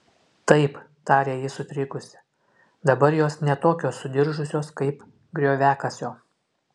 taip tarė ji sutrikusi dabar jos ne tokios sudiržusios kaip grioviakasio